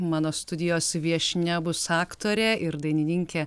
mano studijos viešnia bus aktorė ir dainininkė